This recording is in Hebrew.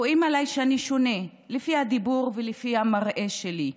רואים עלי שאני שונה, לפי הדיבור ולפי המראה שלי.